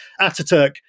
Ataturk